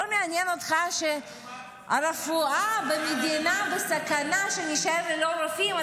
לא מעניין אותך שהרפואה במדינה בסכנה ------- שנישאר ללא רופאים?